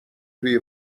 توی